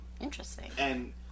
Interesting